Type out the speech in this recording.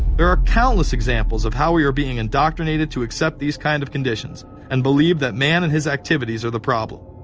there are countless examples of how we are being indoctrinated to accept. these kinda kind of conditions and believe that man and his activities are the problem.